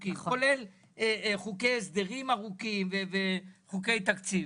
חוקים כולל חוקי הסדרים ארוכים וחוקי תקציב.